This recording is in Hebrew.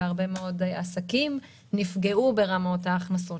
שהרבה מאוד עסקים נפגעו ברמת ההכנסות